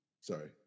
Sorry